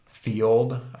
field